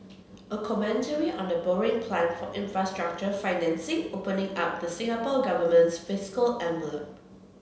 a commentary on the borrowing plan for infrastructure financing opening up the Singapore Government's fiscal envelope